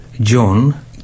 John